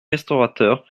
restaurateurs